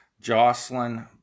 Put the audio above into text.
Jocelyn